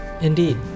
Indeed